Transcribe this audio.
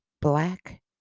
Black